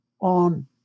on